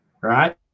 right